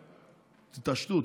תתעשתו,